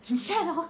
很 sad hor